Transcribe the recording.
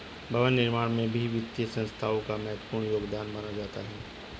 भवन निर्माण में भी वित्तीय संस्थाओं का महत्वपूर्ण योगदान माना जाता है